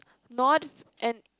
not and